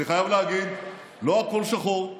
אני חייב להגיד, לא הכול שחור,